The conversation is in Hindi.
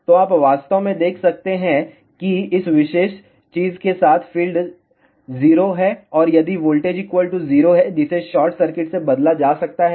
तो आप वास्तव में देख सकते हैं कि इस विशेष चीज के साथ फील्ड 0 है और यदि वोल्टेज 0 है जिसे शॉर्ट सर्किट से बदला जा सकता है